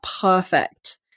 perfect